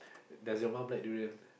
does your mom like durian